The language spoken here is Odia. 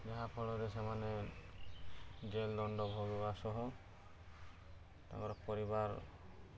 ଯାହାଫଳରେ ସେମାନେ ଜେଲ୍ ଦଣ୍ଡ ଭୋଗିବା ସହ ତାଙ୍କର ପରିବାର